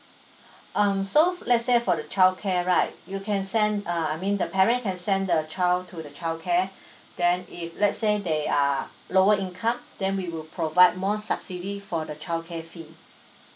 um so let's say for the child care right you can send uh I mean the parents can send the child to the child care then if let's say they are lower income then we will provide more subsidy for the child care fee